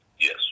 Yes